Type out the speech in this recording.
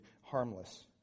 harmless